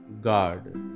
God